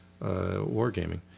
wargaming